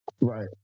Right